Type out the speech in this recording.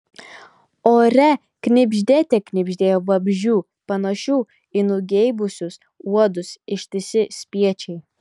ore knibždėte knibždėjo vabzdžių panašių į nugeibusius uodus ištisi spiečiai